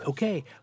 Okay